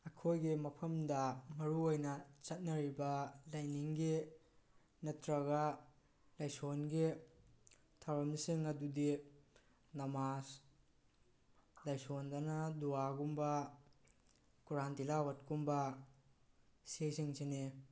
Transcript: ꯑꯩꯈꯣꯏꯒꯤ ꯃꯐꯝꯗ ꯃꯔꯨ ꯑꯣꯏꯅ ꯆꯠꯅꯔꯤꯕ ꯂꯥꯏꯅꯤꯡꯒꯤ ꯅꯠꯇ꯭ꯔꯒ ꯂꯥꯏꯁꯣꯟꯒꯤ ꯊꯧꯔꯝꯁꯤꯡ ꯑꯗꯨꯗꯤ ꯅꯃꯥꯁ ꯂꯥꯏꯁꯣꯟꯗꯅ ꯗꯨꯋꯥꯒꯨꯝꯕ ꯀꯨꯔꯥꯟ ꯇꯤꯂꯥꯋꯠꯀꯨꯝꯕ ꯁꯤꯁꯤꯡꯁꯤꯅꯤ